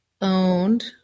owned